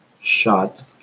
shot